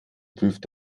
prüft